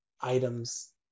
items